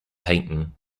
payton